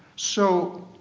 so,